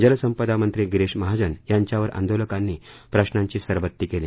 जल संपदा मंत्री गिरीश महाजन यांच्यावर आंदोलकांनी प्रशाची सरबत्ती केली